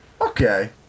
Okay